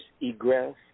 egress